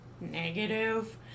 negative